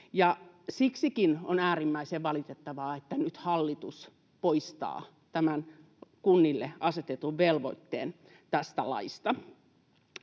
Siksikin on äärimmäisen valitettavaa, että nyt hallitus poistaa tämän kunnille asetetun velvoitteen tästä laista.